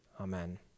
amen